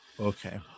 Okay